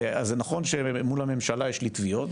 אז זה נכון שמול הממשלה יש לי תביעות.